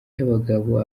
cy’abagabo